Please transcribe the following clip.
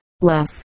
less